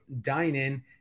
dine-in